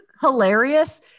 hilarious